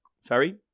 Sorry